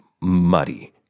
muddy